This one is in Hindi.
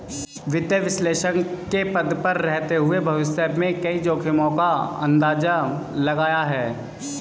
वित्तीय विश्लेषक के पद पर रहते हुए भविष्य में कई जोखिमो का अंदाज़ा लगाया है